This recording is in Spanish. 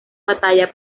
batalla